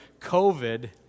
COVID